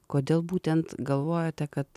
kodėl būtent galvojate kad